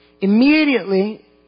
Immediately